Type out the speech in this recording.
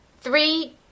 three